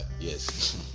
Yes